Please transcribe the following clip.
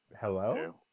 hello